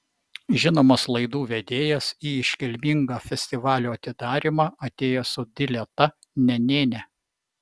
žinomas laidų vedėjas į iškilmingą festivalio atidarymą atėjo su dileta nenėne